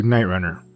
Nightrunner